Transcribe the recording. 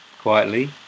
quietly